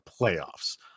playoffs